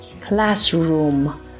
Classroom